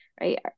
right